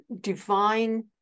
divine